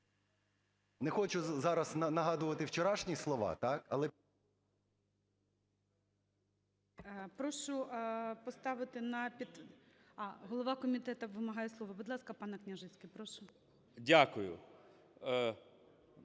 Не хочу зараз нагадувати вчорашні слова, так,